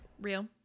Real